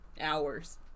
hours